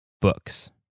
books